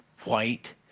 white